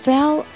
Fell